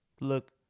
Look